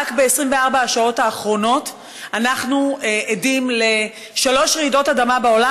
רק ב-24 השעות האחרונות אנחנו עדים לשלוש רעידות אדמה בעולם,